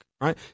right